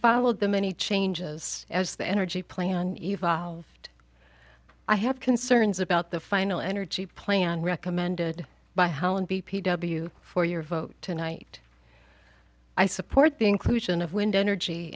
followed the many changes as the energy plan evolved i have concerns about the final energy plan recommended by helen b p w for your vote tonight i support the inclusion of wind energy